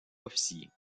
officiers